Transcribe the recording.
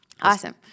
Awesome